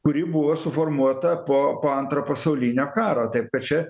kuri buvo suformuota po po antro pasaulinio karo taip kad čia